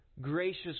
gracious